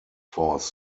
force